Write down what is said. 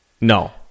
No